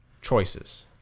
choices